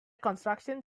construction